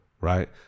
right